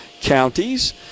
Counties